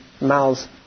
miles